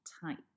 tight